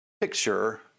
picture